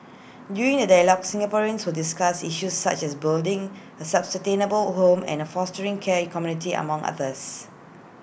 during the dialogues Singaporeans will discuss issues such as building A sustainable home and fostering caring community among others